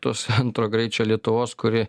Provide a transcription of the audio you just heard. tos antro greičio lietuvos kuri